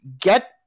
Get